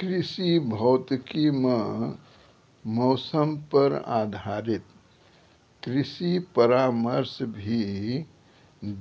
कृषि भौतिकी मॅ मौसम पर आधारित कृषि परामर्श भी